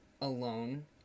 alone